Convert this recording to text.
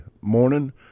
morning